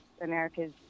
America's